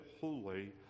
holy